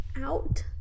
Out